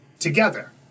together